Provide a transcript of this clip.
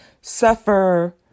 suffer